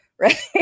right